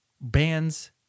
bands